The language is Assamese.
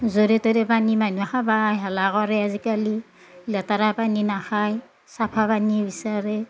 য'ৰে ত'ৰে পানী মানহুই খাবা আইহালা কৰেই আজিকালি লেতেৰা পানী নাখায় চাফা পানী বিচাৰে